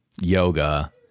yoga